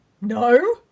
No